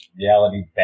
reality